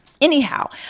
Anyhow